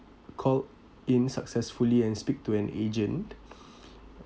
called in successfully and speak to an agent